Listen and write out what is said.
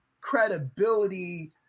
credibility